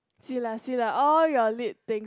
see lah see lah all your lit thing